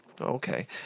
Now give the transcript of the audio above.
Okay